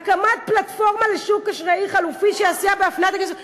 הקמת פלטפורמה לשוק אשראי חלופי שיסייע בהפניית הכסף.